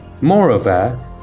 Moreover